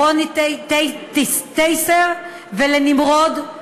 רוני טיסר, ולנמרוד.